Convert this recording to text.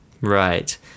Right